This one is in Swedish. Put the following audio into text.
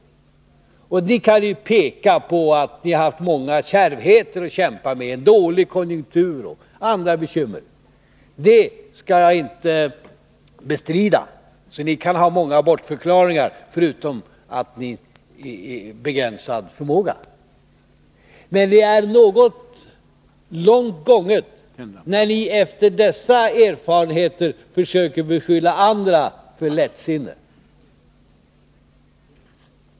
Ni kan peka på att ni har haft det kärvt på många sätt, dålig konjunktur och andra bekymmer att kämpa med, och det skall jag inte bestrida. Ni kan ha många bortförklaringar förutom att er förmåga har varit begränsad. Men det är långt gånget när ni efter dessa erfarenheter försöker beskylla andra för lättsinne.